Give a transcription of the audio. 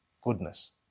goodness